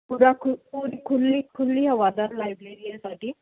ਪੂਰਾ ਪੂਰੀ ਖੁੱਲ੍ਹੀ ਖੁੱਲ੍ਹੀ ਹਵਾਦਾਰ ਲਾਇਬ੍ਰੇਰੀ ਹੈ ਸਾਡੀ